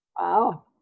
Wow